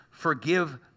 forgive